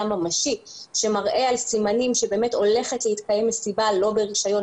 ממשי שמראה על סימנים שבאמת הולכת להתקיים מסיבה לא ברישיון,